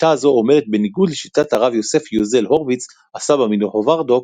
שיטה זו עומדת בניגוד לשיטת הרב יוסף יוזל הורוביץ – הסבא מנובהרדוק,